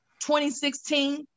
2016